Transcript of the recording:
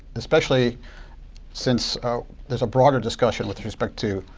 especially since there's a broader discussion with respect to